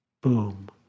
boom